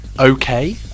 okay